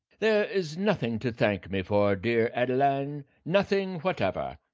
there is nothing to thank me for, dear adeline nothing whatever.